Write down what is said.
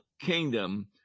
kingdom